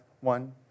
one